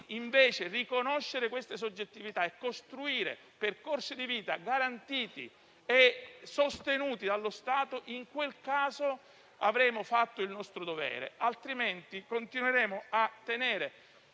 di riconoscere queste soggettività e di costruire percorsi di vita garantiti e sostenuti dallo Stato, avremo fatto il nostro dovere, altrimenti continueremo a tenere